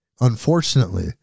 Unfortunately